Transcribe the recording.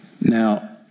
Now